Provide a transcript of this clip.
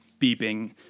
beeping